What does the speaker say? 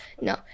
No